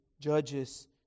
judges